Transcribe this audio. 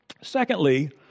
Secondly